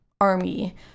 army